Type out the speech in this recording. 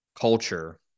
culture